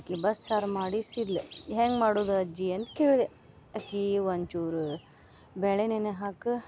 ಅಕಿ ಬಸ್ಸಾರು ಮಾಡಿಸಿದ್ಲು ಹೆಂಗೆ ಮಾಡುದ ಅಜ್ಜಿ ಅಂತ ಕೇಳ್ದೆ ಅಕಿ ಒಂಚೂರು ಬೇಳೆ ನೆನೆ ಹಾಕಿ